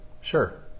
sure